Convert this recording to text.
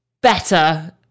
better